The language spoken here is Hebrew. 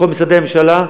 בכל משרדי הממשלה.